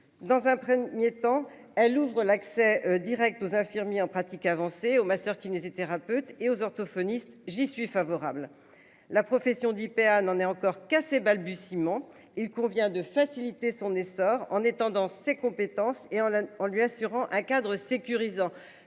dans un 1er temps, elle ouvre l'accès Direct aux infirmiers en pratique avancée aux masseurs-kinésithérapeutes et aux orthophonistes j'y suis favorable, la profession d'IPA n'en est encore qu'à ses balbutiements. Il convient de faciliter son essor en étendant ses compétences et en en lui assurant un cadre sécurisant